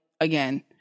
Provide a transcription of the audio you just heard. again